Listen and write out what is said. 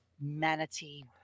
manatee